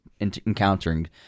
encountering